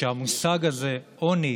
שהמושג הזה, עוני,